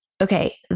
Okay